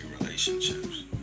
relationships